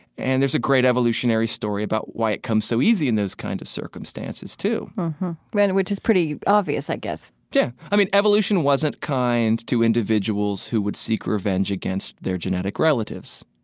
and there's a great evolutionary story about why it comes so easy in those kinds of circumstances too mm-hmm, and which is pretty obvious, i guess yeah. i mean, evolution wasn't kind to individuals who would seek revenge against their genetic relatives,